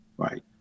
Right